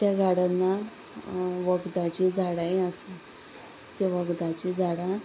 त्या गार्डना वखदाची झाडांय आसा ते वखदाचीं झाडां